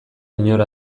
inor